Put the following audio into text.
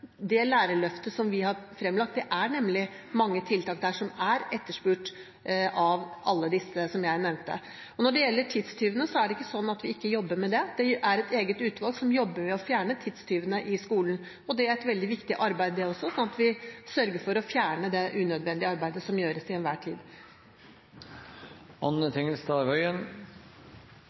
det lærerløftet som vi har fremlagt, er det nemlig mange tiltak som er etterspurt av alle disse som jeg nevnte. Når det gjelder tidstyvene, er det ikke sånn at vi ikke jobber med det. Det er et eget utvalg som jobber med å fjerne tidstyvene i skolen, og det er et veldig viktig arbeid, det også, slik at vi sørger for å fjerne det unødvendige arbeidet som gjøres til enhver tid.